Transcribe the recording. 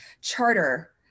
charter